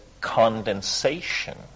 condensation